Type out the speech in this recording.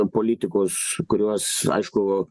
politikus kuriuos aišku